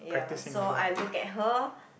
ya so I look at her